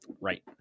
Right